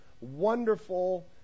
wonderful